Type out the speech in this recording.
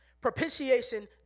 Propitiation